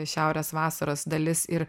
šiaurės vasaros dalis ir